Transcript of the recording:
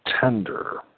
tender